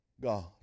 God